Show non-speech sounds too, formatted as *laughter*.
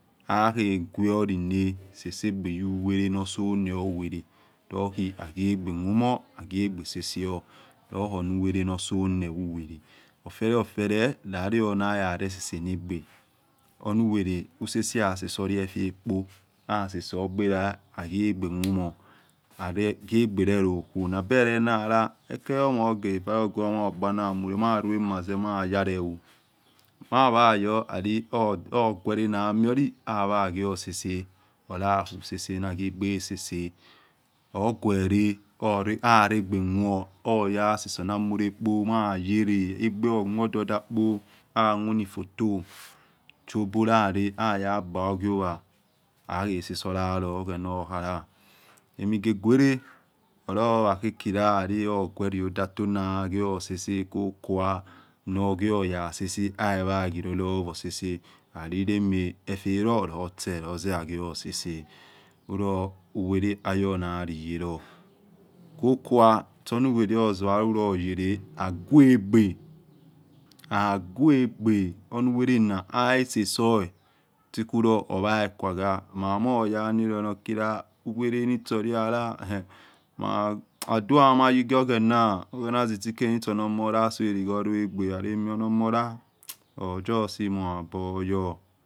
Akheguelina sesegbe guwele nosone wele akhegbe mumor akhigbe sesohor luhunuwele norsone uwelo ufele ufele layonayare sesenagbe lumuwelo usese lasesehulo efetpo asesosor gbera aklugbe mumor akhigberelokhu nabelena oyala ekeliomah oguoma hugbanamule maruema ze mayale oh mayayoli lalohuguerena mio lo, mayakhiolisese hulahukhi sese na khigbe sese oguere malegbe khuorlo huya sese namule kpo mayare egbe okwnu orduda kpo akwnuni photo shobulare ayagbahuoghi owa hahesesolalor oghena okhala amigegwero hulahuwakhokhi lahuguere odato naghio sese kokua noghioya sese ayaghilolowo sese, dahla maofelolotse loze aghio sese hulohu wele huyonaliyeloh kokua shonu wele ozalulo wele agwegbe agwegbe hunu welena nalasor tihulor orakwogha mamor oyanilor nokila uwelenisholo aya la *hesitation* adua mayighio oghena itsike nishonomolar swie ilighor lor egbe oh hu justi muhabobhiour.